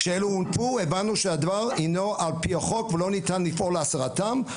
כשאלה הונפו הבנו שהדבר אינו על פי החוק ולא ניתן לפעול להסרתם,